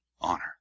honor